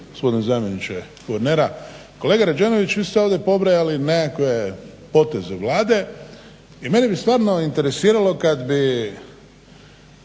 Hvala